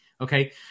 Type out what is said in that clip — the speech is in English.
okay